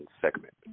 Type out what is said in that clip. segment